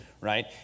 right